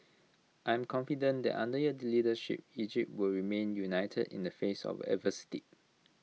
I am confident that under your leadership Egypt will remain united in the face of adversity